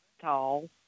tall